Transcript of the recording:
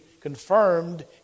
confirmed